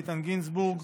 איתן גינזבורג,